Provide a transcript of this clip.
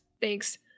Thanks